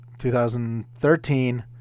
2013